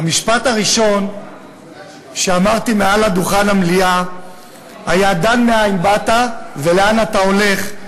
המשפט הראשון שאמרתי מעל דוכן המליאה היה: דע מאין באת ולאן אתה הולך,